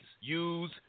use